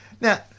Now